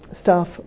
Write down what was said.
staff